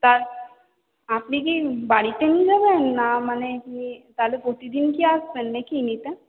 আপনি কি বাড়িতে নিয়ে যাবেন না মানে তাহলে প্রতিদিন কি আসবেন নাকি নিতে